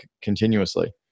continuously